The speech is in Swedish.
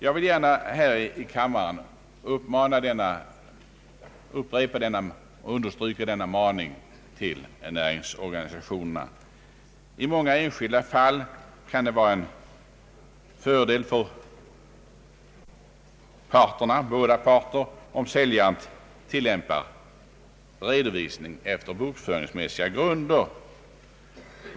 Jag vill gärna här i kammaren upprepa och understryka denna maning till näringsorganisationerna. I många enskilda fall kan det vara till fördel för båda parter om säljaren tillämpar redovisning efter bokföringsmässiga grunder.